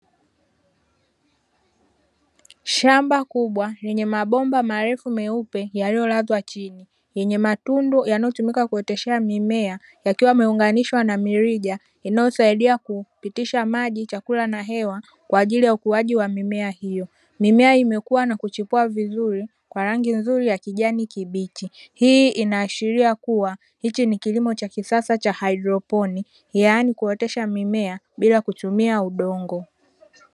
Shamba kubwa lenye mabomba marefu meupe yaliyolazwa chini lenye matundu yanayotumika kuoteshea mimea yakiwa yameunganishwa na mirija inayosaidia kupitisha maji, chakula na hewa kwa ajili ya ukuaji wa mimea hiyo. Mimea imekua na kuchipua vizuri kwa rangi nzuri ya kijani kibichi. Hii inaashiria kuwa hiki ni kilimo cha kisasa cha haidroponi yaani kuoteshea mimea bila kutumia udongo.